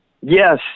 Yes